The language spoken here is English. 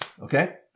okay